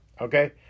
okay